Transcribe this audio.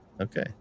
okay